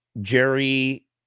Jerry